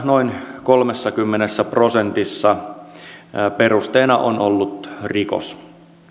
noin kolmessakymmenessä prosentissa perusteena on ollut rikos